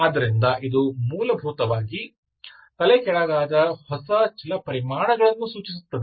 ಆದ್ದರಿಂದ ಇದು ಮೂಲಭೂತವಾಗಿ ತಲೆಕೆಳಗಾದ ಹೊಸ ಚಲಪರಿಮಾಣಗಳನ್ನು ಸೂಚಿಸುತ್ತದೆ